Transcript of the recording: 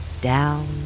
down